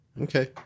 Okay